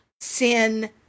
sin